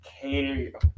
cater